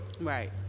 right